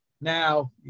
Now